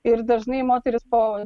ir dažnai moterys po